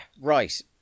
right